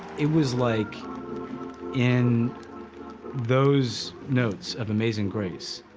it was like in those notes of amazing grace,